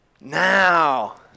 now